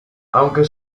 aunque